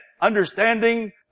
understanding